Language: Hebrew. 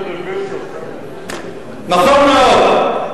נכון מאוד.